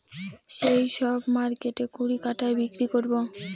সেই সব মার্কেটে কুড়ি টাকায় বিক্রি করাবো